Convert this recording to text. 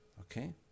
Okay